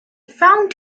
found